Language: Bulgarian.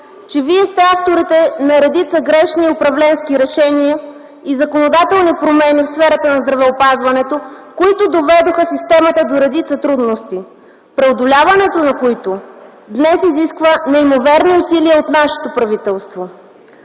че вие сте авторите на редица грешни управленски решения и законодателни промени в сферата на здравеопазването, които доведоха системата до редица трудности, преодоляването, на които днес изисква неимоверни усилия от нашето правителство.